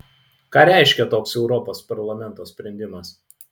ką reiškia toks europos parlamento sprendimas